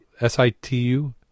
s-i-t-u